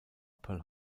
pearl